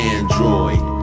Android